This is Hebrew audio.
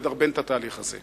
לדרבן את התהליך הזה.